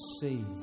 see